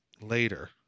later